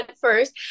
first